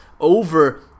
Over